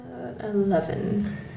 eleven